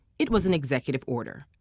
it was an executive order.